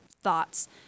thoughts